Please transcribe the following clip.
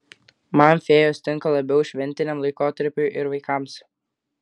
man fėjos tinka labiau šventiniam laikotarpiui ir vaikams